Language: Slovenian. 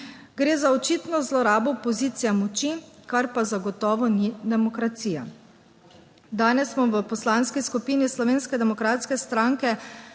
Gre za očitno zlorabo pozicije moči, kar pa zagotovo ni demokracija. Danes smo v Poslanski skupini Slovenske demokratske stranke